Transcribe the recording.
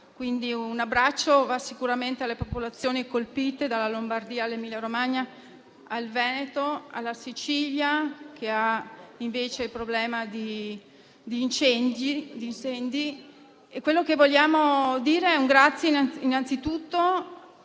Quindi un abbraccio va sicuramente alle popolazioni colpite, dalla Lombardia all'Emilia-Romagna, al Veneto e alla Sicilia, che ha invece il problema degli incendi. Vogliamo dire un grazie innanzitutto